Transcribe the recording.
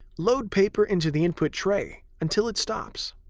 load paper into the input tray until it stops.